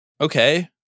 okay